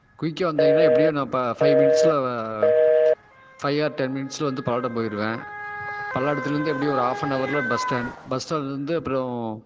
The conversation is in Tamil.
குயிக்காக வந்திங்கன்னா எப்படியும் நான் ஃபைவ் மினிட்ஸில் ஃபைவ் ஆர் டென் மினிட்ஸில் வந்து பல்லடம் போயிடுவேன் பல்லடத்துலேருந்து எப்படியும் ஒரு ஆஃப் அண்ட் ஹவரில் பஸ் ஸ்டாண்ட் பஸ் ஸ்டாண்ட்லேருந்து அப்பறம்